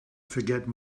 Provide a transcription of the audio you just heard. forget